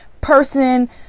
person